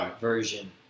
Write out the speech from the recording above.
version